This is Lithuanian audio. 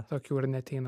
tokių ar neateina